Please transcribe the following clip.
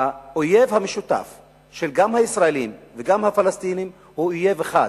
האויב המשותף גם של הישראלים וגם של הפלסטינים הוא אויב אחד,